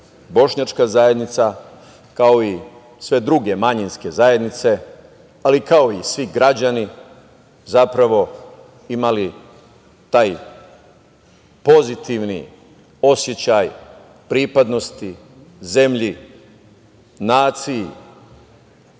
bošnjačka zajednica, kao i sve druge manjinske zajednice, ali kao i svi građani, zapravo, imali taj pozitivni osećaj pripadnosti zemlji, naciji,